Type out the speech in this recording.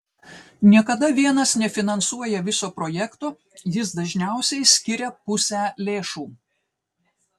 niekada vienas nefinansuoja viso projekto jis dažniausiai skiria pusę lėšų